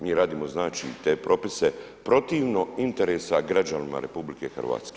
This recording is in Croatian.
Mi radimo znači i te propise protivno interesima građanina RH.